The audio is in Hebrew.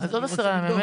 עוד עשרה ימים.